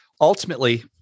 Ultimately